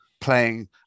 playing